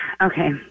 okay